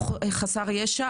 או חסר ישע,